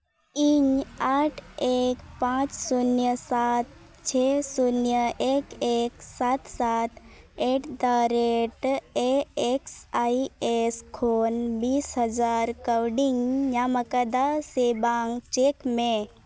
ᱤᱧ ᱟᱴ ᱮᱠ ᱯᱟᱸᱪ ᱥᱩᱱᱱᱚ ᱥᱟᱛ ᱪᱷᱮ ᱥᱩᱱᱱᱚ ᱮᱠ ᱮᱠ ᱥᱟᱛ ᱥᱟᱛ at the rate A X I S ᱠᱷᱚᱱ ᱵᱤᱥ ᱦᱟᱡᱟᱨ ᱠᱟᱹᱣᱰᱤᱧ ᱧᱟᱢᱟᱠᱟᱫᱟ ᱥᱮ ᱵᱟᱝ ᱪᱮᱠ ᱢᱮ